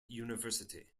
university